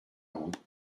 route